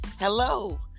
Hello